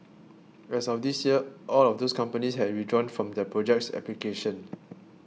as of this year all of those companies had withdrawn from the project's application